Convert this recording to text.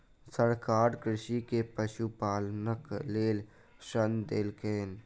सरकार कृषक के पशुपालनक लेल ऋण देलकैन